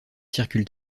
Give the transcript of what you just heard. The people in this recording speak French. circulent